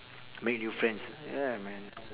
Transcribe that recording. make new friends ya man